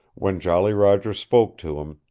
when jolly roger spoke to him,